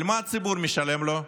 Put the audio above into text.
על מה הציבור משלם לו?